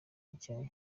nshya